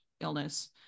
illness